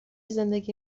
زندگی